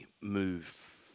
move